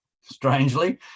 strangely